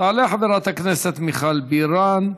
תעלה חברת הכנסת מיכל בירן,